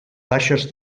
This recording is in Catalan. baixes